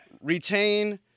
retain